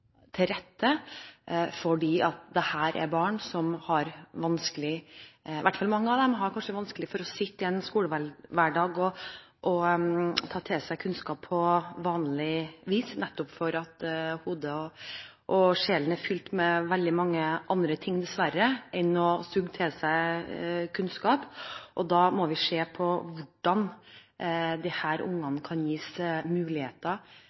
til rette i skolehverdagen, fordi dette er barn som, i hvert fall mange av dem, har vanskelig for å ta til seg kunnskap på vanlig vis, nettopp fordi hodet og sjelen dessverre er fylt med veldig mange andre ting enn å suge til seg kunnskap. Da må vi se på hvordan disse ungene kan gis muligheter